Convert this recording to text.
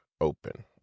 open